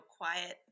quiet